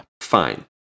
Fine